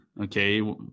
okay